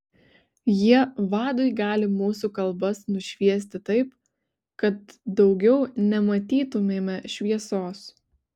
jie vadui gali mūsų kalbas nušviesti taip kad daugiau nematytumėme šviesos